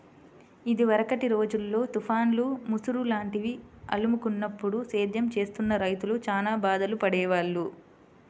ఇదివరకటి రోజుల్లో తుఫాన్లు, ముసురు లాంటివి అలుముకున్నప్పుడు సేద్యం చేస్తున్న రైతులు చానా బాధలు పడేవాళ్ళు